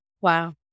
Wow